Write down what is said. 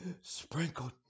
sprinkled